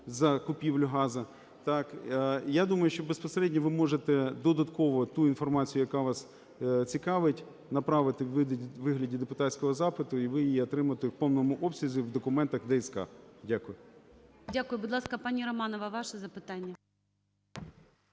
закупівлю газу. Я думаю, що безпосередньо ви можете додатково ту інформацію, яка вас цікавить, направити у вигляді депутатського запиту, і ви її отримаєте у повному обсязі в документах ДСК. Дякую. ГОЛОВУЮЧИЙ. Дякую. Будь ласка, пані Романова, ваше запитання.